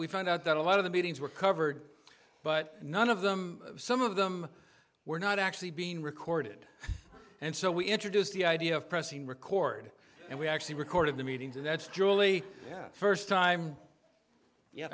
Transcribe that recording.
we found out that a lot of the meetings were covered but none of them some of them were not actually being recorded and so we introduced the idea of pressing record and we actually recorded the meetings and that's julie first time ye